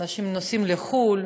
אנשים נוסעים לחו"ל,